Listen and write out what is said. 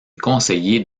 conseiller